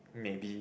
maybe